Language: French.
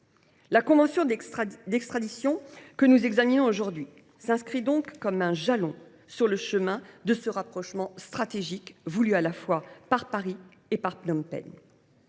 La convention d’extradition que nous examinons s’inscrit donc comme un jalon sur le chemin de ce rapprochement stratégique voulu à la fois par Paris et par Phnom Penh.